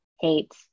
hate